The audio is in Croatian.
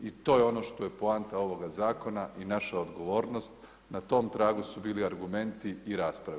I to je ono što je poanta ovoga zakona i naša odgovornost, na tom tragu su bili argumenti i rasprave.